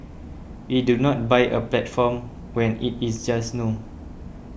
we do not buy a platform when it is just new